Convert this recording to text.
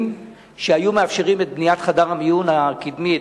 שהיו מאפשרים את בניית חדר המיון הקדמי,